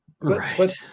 Right